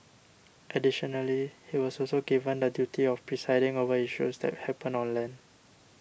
additionally he was also given the duty of presiding over issues that happen on land